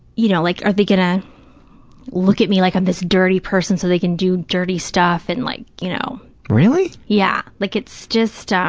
you know, like are they going to look at me like i'm this dirty person so they can do dirty stuff and like, you know. really? yeah. like it's just, um